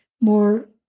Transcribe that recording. more